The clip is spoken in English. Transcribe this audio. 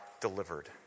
delivered